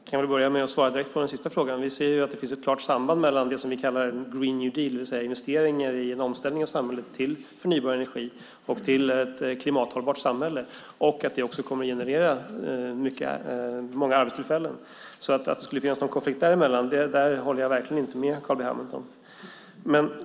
Fru talman! Jag börjar med att svara på den sista frågan. Det vi kallar en green new deal, det vill säga investeringar i en omställning till förnybar energi och ett klimathållbart samhälle, kommer att generera många arbetstillfällen. Att det skulle finnas någon konflikt där håller jag inte med Carl B Hamilton om.